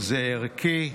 זה ערכי,